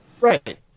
Right